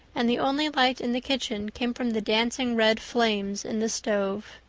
and the only light in the kitchen came from the dancing red flames in the stove.